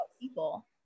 people